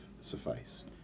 sufficed